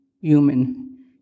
human